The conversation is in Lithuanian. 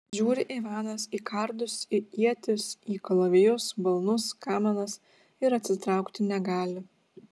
žiūri ivanas į kardus į ietis į kalavijus balnus kamanas ir atsitraukti negali